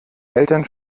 eltern